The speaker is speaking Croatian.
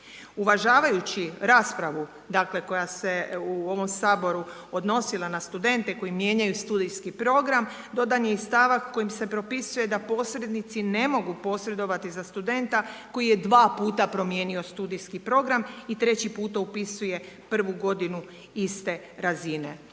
Uvažavajući raspravu dakle koja se u ovom Saboru odnosila na studente koji mijenjaju studijski program, dodan je i stavak kojim se propisuje da posrednici ne mogu posredovati za studenta koji je dva puta promijenio studijski program i treći puta upisuje prvu godinu iste razine.